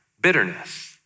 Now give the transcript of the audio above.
bitterness